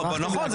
נכון,